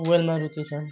मोबाइलमा रुची छन्